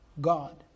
god